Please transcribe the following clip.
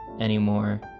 anymore